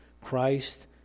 Christ